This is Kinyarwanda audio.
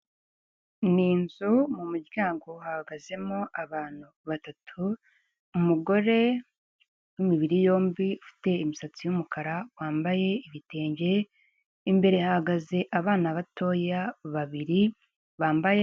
Ni inzu mu muryango hahagazemo abantu batatu umugore w'imibiri yombi ufite imisatsi y'umukara wambaye ibitenge imbere hahagaze abana batoya babiri bambaye.